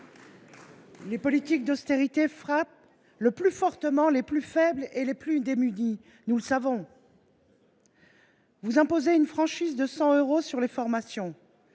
les politiques d’austérité frappent le plus fortement les plus faibles et les plus démunis. Vous imposez une franchise de 100 euros sur les formations,